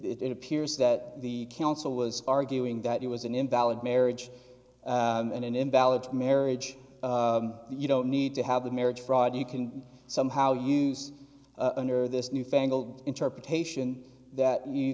record it appears that the council was arguing that it was an invalid marriage and an invalid marriage you don't need to have the marriage fraud you can somehow use under this new fangled interpretation that you